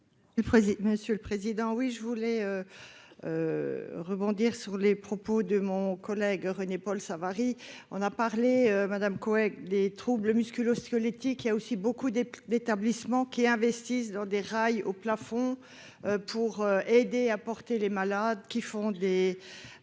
monsieur le président, oui, je voulais rebondir sur les propos de mon collègue René-Paul Savary, on a parlé Madame Cohen, les troubles musculo-squelettiques, il y a aussi beaucoup de l'établissement qui investissent dans des rails au plafond pour aider à porter les malades qui font des